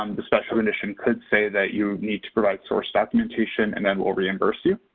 um the special condition could say that you need to provide source documentation and then we'll reimburse you,